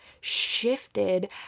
shifted